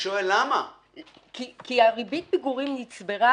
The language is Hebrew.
כי ריבית הפיגורים נצברה